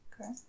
Okay